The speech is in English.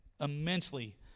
immensely